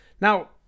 Now